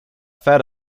fed